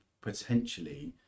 potentially